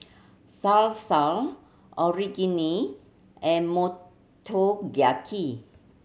Salsa Onigiri and Motoyaki